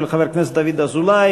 של חבר הכנסת דוד אזולאי,